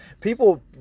people